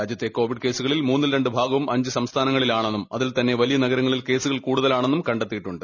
രാജ്യത്തെ മൊത്തം കോവിഡ് കേസുകളിൽ മൂന്നിൽ രണ്ട് ഭാഗവും അഞ്ച് സംസ്ഥാനങ്ങളിലാണെന്നും അതിൽ തന്നെ വലിയ നഗരങ്ങളിൽ കേസുകൾ കൂടുതലാണെന്നും കണ്ടെത്തിയിട്ടുണ്ട്